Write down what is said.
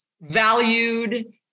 valued